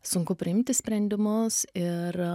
sunku priimti sprendimus ir